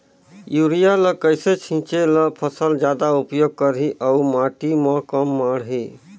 Urea ल कइसे छीचे ल फसल जादा उपयोग करही अउ माटी म कम माढ़ही?